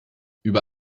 über